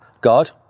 God